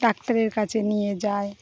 ডাক্তারের কাছে নিয়ে যায়